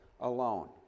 alone